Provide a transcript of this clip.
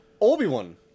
Obi-Wan